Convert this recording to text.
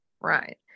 right